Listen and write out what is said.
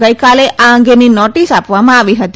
ગઈકાલે આ અંગેની નોટીસ આપવામાં આવી હતી